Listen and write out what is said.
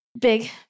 big